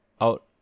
out